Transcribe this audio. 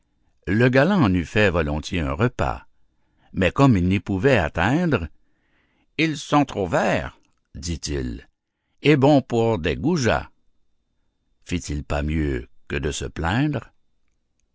le galant en eût fait volontiers un repas mais comme il n'y pouvait atteindre ils sont trop verts dit-il et bons pour des goujats fit-il pas mieux que de se plaindre